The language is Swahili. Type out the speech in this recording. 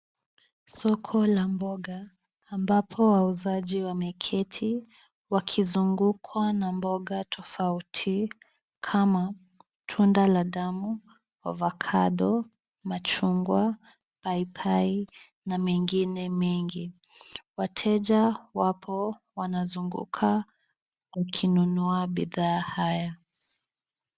Soko la mboga ambapo wauzaji wameketi wakizungukwa na mboga tofauti kama tunda la damu, ovakado , machungwa, paipai na mengine mengi. Wateja wapo wanazunguka wakinunua bidhaa hizi.